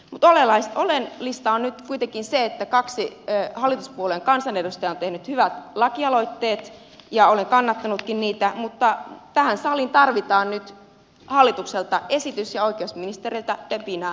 mutta oleellista on nyt kuitenkin se että kaksi hallituspuolueen kansanedustajaa on tehnyt hyvät lakialoitteet ja olen kannattanutkin niitä mutta tähän saliin tarvitaan nyt hallitukselta esitys ja oikeusministeriltä töpinää rattaisiin